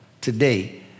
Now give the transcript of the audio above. today